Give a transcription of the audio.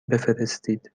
بفرستید